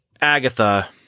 Agatha